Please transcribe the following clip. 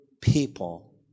people